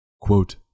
Quote